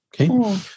Okay